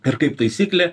ir kaip taisyklė